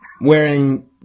wearing